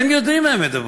הם יודעים מה הם מדברים.